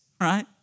Right